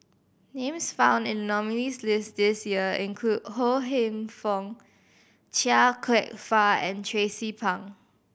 names found in the nominees' list this year include Ho Hingfong Chia Kwek Fah and Tracie Pang